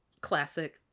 Classic